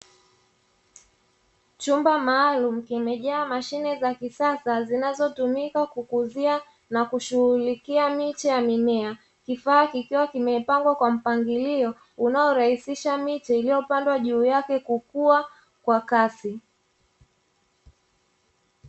Chumba maalumu kimejaa mashine za kisasa zinazotumika kukuzia na kushughulikia miche ya mimea. Kifaa kikiwa kimepangwa kwa mpangilio unaorahisisha miche iliyopandwa juu yake kukua kwa kasi.